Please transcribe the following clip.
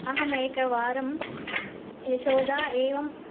अहमेकवारं यशोदा एवं